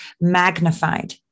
magnified